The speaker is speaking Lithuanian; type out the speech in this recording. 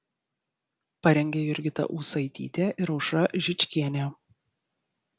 parengė jurgita ūsaitytė ir aušra žičkienė